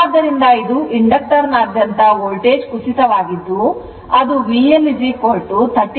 ಆದ್ದರಿಂದ ಇದು inductorನಾದ್ಯಂತ ವೋಲ್ಟೇಜ್ ಕುಸಿತ ಆಗಿದ್ದು ಅದು VL39